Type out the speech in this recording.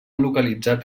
localitzat